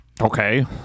Okay